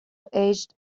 aged